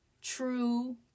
true